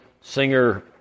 Singer